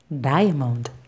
diamond